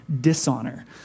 dishonor